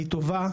היא טובה,